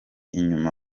inyuma